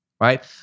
right